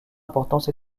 importance